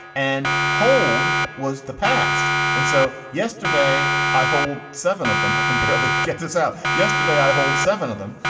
and hold was the past. and so yesterday i hold seven of them. i can barely get this out. yesterday i hold seven of them.